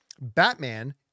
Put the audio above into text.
Batman